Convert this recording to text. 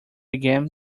again